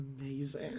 amazing